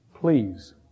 Please